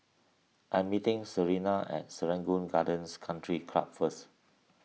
I am meeting Serena at Serangoon Gardens Country Club first